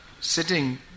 sitting